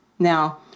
Now